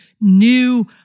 new